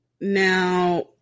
now